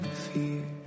fear